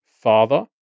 father